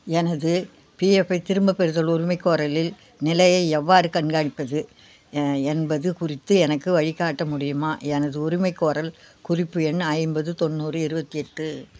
எனது பிஎஃபை திரும்பப் பெறுதல் உரிமைக்கோரலில் நிலையை எவ்வாறு கண்காணிப்பது என்பது குறித்து எனக்கு வழிகாட்ட முடியுமா எனது உரிமைக்கோரல் குறிப்பு எண் ஐம்பது தொண்ணூறு இருபத்தி எட்டு